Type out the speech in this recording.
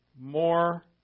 more